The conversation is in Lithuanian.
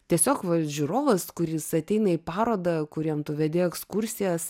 tiesiog va žiūrovas kuris ateina į parodą kur jam tu vedi ekskursijas